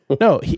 No